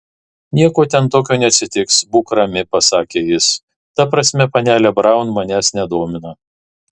nieko ten tokio neatsitiks būk rami pasakė jis ta prasme panelė braun manęs nedomina